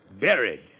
Buried